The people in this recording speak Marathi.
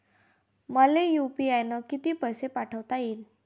मले यू.पी.आय न किती पैसा पाठवता येईन?